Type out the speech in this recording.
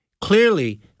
Clearly